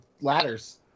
ladders